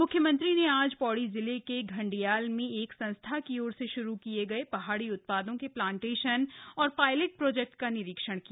मुख्यमंत्री ने आज ौड़ी जिले के घंडियाल में एक संस्था की ओर से शुरू किये गये हाड़ी उत् ादों के प्लांटेशन और श्रायलेट प्रोजेक्ट का निरीक्षण किया